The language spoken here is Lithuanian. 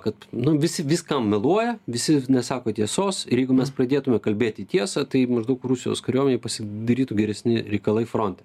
kad nu visi viską meluoja visi nesako tiesos ir jeigu mes pradėtume kalbėti tiesą tai maždaug rusijos kariuomenei pasidarytų geresni reikalai fronte